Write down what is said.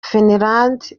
finland